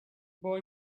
boy